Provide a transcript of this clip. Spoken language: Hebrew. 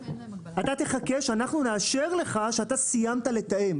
אתה תחכה שאנחנו נאשר לך שאתה סיימת לתאם.